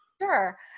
Sure